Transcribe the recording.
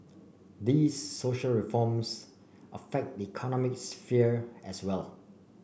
these social reforms affect the economic sphere as well